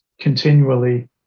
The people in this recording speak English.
continually